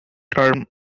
term